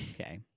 Okay